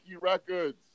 Records